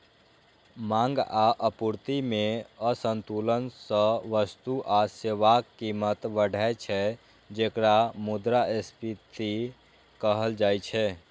मांग आ आपूर्ति मे असंतुलन सं वस्तु आ सेवाक कीमत बढ़ै छै, जेकरा मुद्रास्फीति कहल जाइ छै